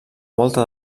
volta